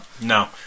no